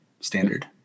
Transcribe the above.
standard